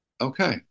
okay